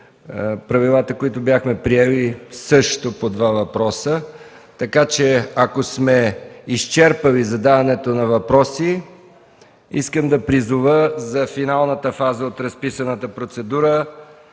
правилата, които бяхме приели, са по два въпроса. Така че ако сме изчерпали задаването на въпроси, искам да призова за финалната фаза от разписаната процедура